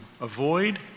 avoid